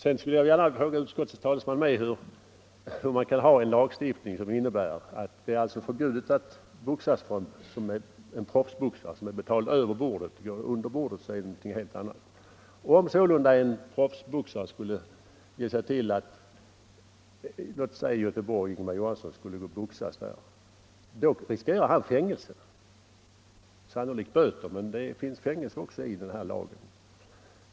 Sedan skulle jag vilja höra av utskottets talesman hur man kan ha en lagstiftning som innebär att det är förbjudet att boxas för en proffsboxare som är betald över bordet men att det är någonting helt annat om boxaren får betalt under bordet. Om exempelvis en proffsboxare som Ingemar Johansson skulle boxas i Göteborg, då riskerar han fängelse. Han skulle sannolikt få böter, men det kan också bli fängelse enligt den här lagen.